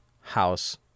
house